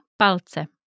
palce